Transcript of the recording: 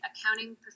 accounting